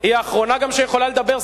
היא האחרונה גם שיכולה לדבר,